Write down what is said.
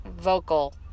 vocal